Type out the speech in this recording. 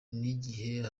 n’igihe